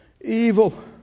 evil